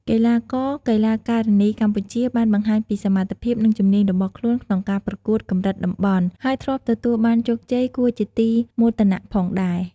កីឡាករ-កីឡាការិនីកម្ពុជាបានបង្ហាញពីសមត្ថភាព និងជំនាញរបស់ខ្លួនក្នុងការប្រកួតកម្រិតតំបន់ ហើយធ្លាប់ទទួលបាន ជោគជ័យ គួរជាទីមោទនៈផងដែរ។